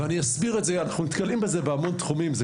אנחנו נתקלים בזה בהמון תחומים.